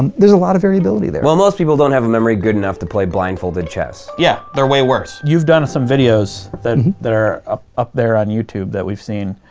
there's a lot of variability there. well, most people don't have a memory good enough to play blindfolded chess. yeah, they're way worse. you've done some videos that are ah up there on youtube that we've seen.